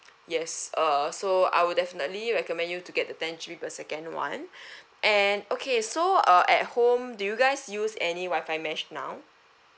yes err so I will definitely recommend you to get the ten G_B second one and okay so uh at home do you guys use any wifi mesh now